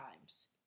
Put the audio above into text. times